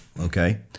okay